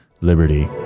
Liberty